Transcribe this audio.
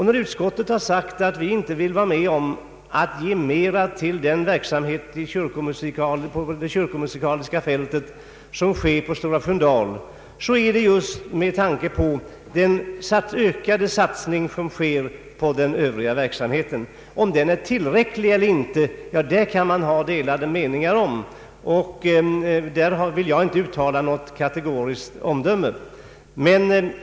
När utskottet inte vill vara med om att anslå ytterligare medel till den verksamhet på det kyrkomusikaliska fältet som bedrivs vid Stora Sköndal är det just med tanke på den ökade satsning som sker på den övriga verksamheten. Huruvida denna satsning är tillräcklig eller inte, därom kan det råda delade meningar — jag vill inte uttala något kategoriskt omdöme.